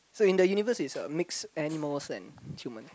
so in the universe it's a mix animals and human